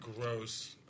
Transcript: gross